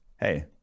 hey